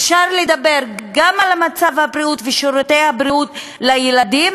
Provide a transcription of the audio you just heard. אפשר לדבר גם על מצב הבריאות ושירותי הבריאות לילדים,